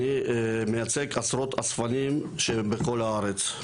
אני מייצג עשרות אספנים שהם בכל הארץ.